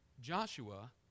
Joshua